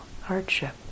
hardship